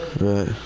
Right